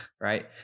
right